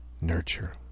nurture